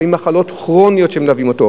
לפעמים מחלות כרוניות שמלוות את הפג.